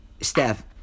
Steph